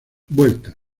vuelta